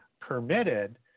permitted